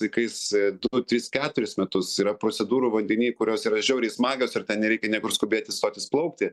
vaikais du tris keturis metus yra procedūrų vandeny kurios yra žiauriai smagios ir ten nereikia niekur skubėti sotis plaukti